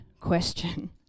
question